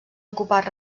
ocupar